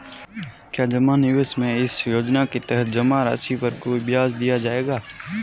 क्या जमा निवेश में इस योजना के तहत जमा राशि पर कोई ब्याज दिया जाएगा?